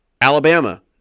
Alabama